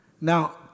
now